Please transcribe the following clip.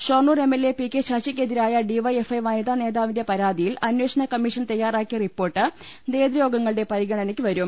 Shoranur MLA P K ശശിക്കെതിരായ DYFI വനിതാ നേതാവിന്റെ പ്രാതിയിൽ അന്വേഷണ കമ്മീ ഷൻ തയ്യാറാക്കിയ റിപ്പോർട്ട് നേതൃ യോഗങ്ങളുടെ പരിഗണ നയ്ക്ക് വരും